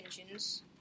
engines